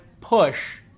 push